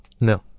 No